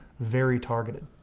very targeted,